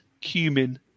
cumin